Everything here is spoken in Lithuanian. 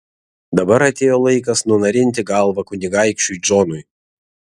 dabar atėjo laikas nunarinti galvą kunigaikščiui džonui